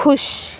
ਖੁਸ਼